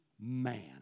man